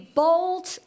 bold